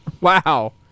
Wow